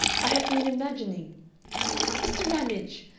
i have been imaging mr. ramage,